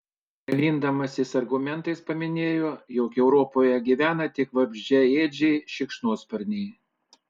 dalindamasis argumentais paminėjo jog europoje gyvena tik vabzdžiaėdžiai šikšnosparniai